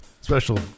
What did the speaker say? special